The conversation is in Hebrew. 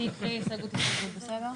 אני אקריא הסתייגות-הסתייגות, בסדר?